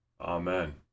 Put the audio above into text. Amen